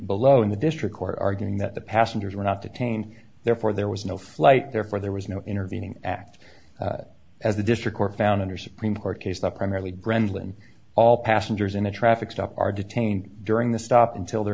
below in the district court arguing that the passengers were not detained therefore there was no flight therefore there was no intervening act as the district court found under supreme court case that primarily brenden all passengers in a traffic stop are detained during the stop until they're